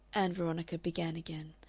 ann veronica began again,